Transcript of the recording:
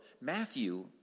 Matthew